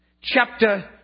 chapter